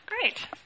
Great